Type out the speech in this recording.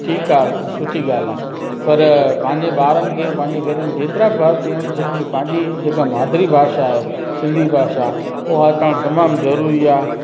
ठीकु आहे सुठी ॻाल्हि आहे पर पंहिंजे ॿारनि खे पंहिंजे घर में जेतिरा भाती आहियूं सभिनी खे पंहिंजी जेका माद्री भाषा आहे सिंधी भाषा उहा त तमामु ज़रूरी आहे